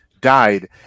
died